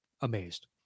amazed